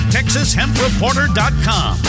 TexasHempReporter.com